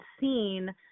seen